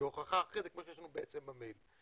כמו שיש לנו במייל.